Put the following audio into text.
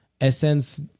Essence